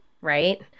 right